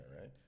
right